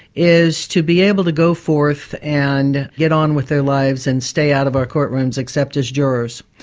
is to be able to go forth and get on with their lives and stay out of our courtrooms, except as jurors.